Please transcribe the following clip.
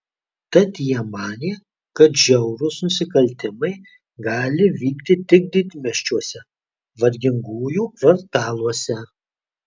tad jie manė kad žiaurūs nusikaltimai gali vykti tik didmiesčiuose vargingųjų kvartaluose